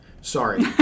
Sorry